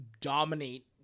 dominate